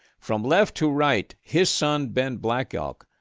from left to right, his son ben black elk,